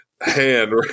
hand